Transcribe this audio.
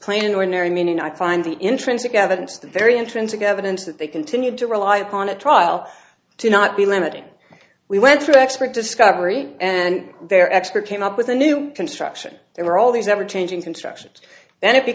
plain ordinary meaning i find the intrinsic evidence the very intrinsic evidence that they continued to rely upon a trial to not be limiting we went through expert discovery and their expert came up with a new construction there were all these ever changing constructions and i